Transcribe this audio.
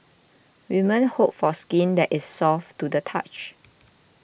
women hope for skin that is soft to the touch